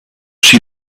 see